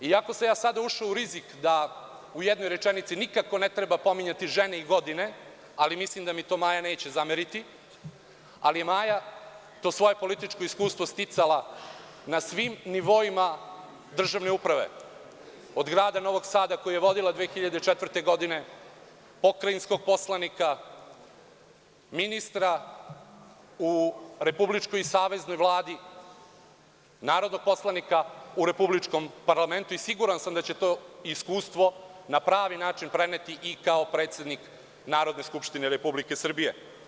Iako sam ja sada ušao u rizik da u jednoj rečenici nikako ne treba pominjati žene i godine, ali mislim da mi to Maja neće zameriti, ali je Maja to svoje političko iskustvo sticala na svim nivoima državne uprave, od Grada Novog Sada koji je vodila 2004. godine, pokrajinskog poslanika, ministra u Republičkoj i saveznoj vladi, narodnog poslanika u republičkom parlamentu i siguran sam da će to iskustvo na pravi način preneti i kao predsednik Narodne skupštine Republike Srbije.